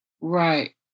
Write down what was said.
Right